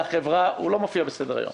הוא לא מופיע בסדר היום.